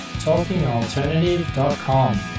talkingalternative.com